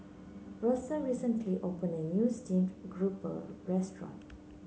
Versa recently opened a new Steamed Grouper restaurant